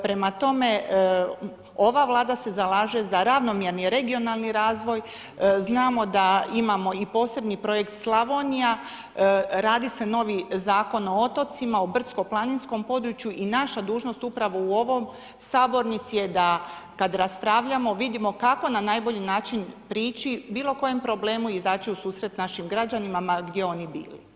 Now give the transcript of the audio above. Prema tome, ova Vlada se zalaže za ravnomjerni regionalni razvoj, znamo da imamo i posebni projekt Slavonija, radi se novi Zakon o otocima, o brdsko-planinskom području i naša dužnost upravo u ovoj sabornici je da kad raspravljamo vidimo kako na najbolji način prići bilo kojem problemu i izaći u susret našim građanima, ma gdje oni bili.